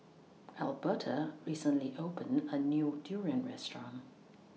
Alberta recently opened A New Durian Restaurant